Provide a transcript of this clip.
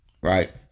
Right